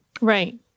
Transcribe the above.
Right